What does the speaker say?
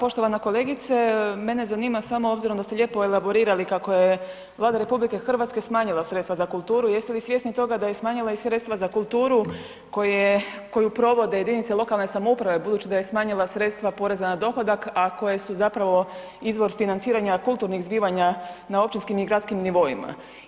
Poštovana kolegice, mene zanima samo obzirom da ste lijepo elaborirali kako je Vlada RH smanjila sredstva za kulturu, jeste li svjesni toga da je smanjila i sredstva za kulturu koju provode jedinice lokalne samouprave budući da smanjila sredstva poreza na dohodak a koje su zapravo izvor financiranja kulturnih zbivanja na općinskim i gradskim nivoima.